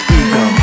ego